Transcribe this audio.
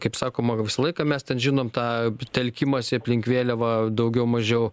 kaip sakoma visą laiką mes žinom tą telkimąsi aplink vėliavą daugiau mažiau